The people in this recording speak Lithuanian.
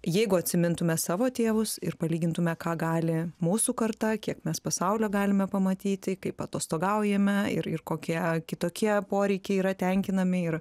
jeigu atsimintume savo tėvus ir palygintume ką gali mūsų karta kiek mes pasaulio galime pamatyti kaip atostogaujame ir ir kokie kitokie poreikiai yra tenkinami ir